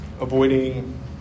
avoiding